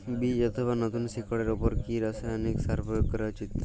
বীজ অথবা নতুন শিকড় এর উপর কি রাসায়ানিক সার প্রয়োগ করা উচিৎ?